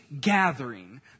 gathering